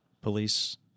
police